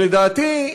לדעתי,